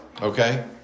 Okay